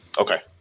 Okay